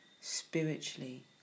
spiritually